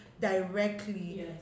directly